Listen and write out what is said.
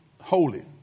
Holy